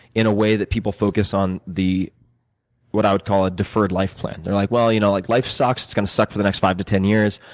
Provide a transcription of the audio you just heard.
in a way that people focus on the what i would call the ah deferred life plan. they're like, well, you know like life sucks, it's going to suck for the next five to ten years,